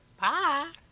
Bye